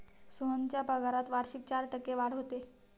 सोहनच्या पगारात वार्षिक चार टक्के वाढ होते